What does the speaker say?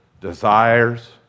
desires